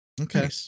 Okay